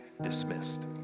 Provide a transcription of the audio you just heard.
dismissed